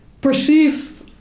perceive